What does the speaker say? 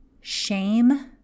shame